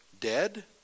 dead